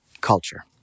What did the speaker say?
culture